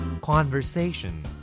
Conversation